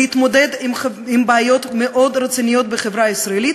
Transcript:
להתמודד עם בעיות מאוד רציניות בחברה הישראלית,